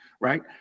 right